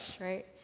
right